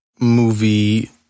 movie